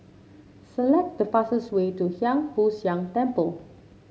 select the fastest way to Hiang Foo Siang Temple